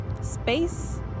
space